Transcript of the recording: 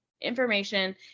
information